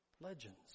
Legends